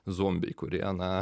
zombiai kurie na